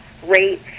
Great